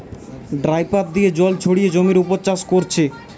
dripper দিয়ে জল ছড়িয়ে জমির উপর চাষ কোরছে